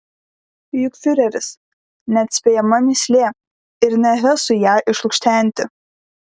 juk fiureris neatspėjama mįslė ir ne hesui ją išlukštenti